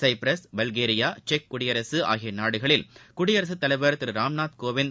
Cyprus Bulgaria செக் குடியரசுஆகியநாடுகளில் குடியரசுத் தலைவர் திருராம்நாத் கோவிந்த்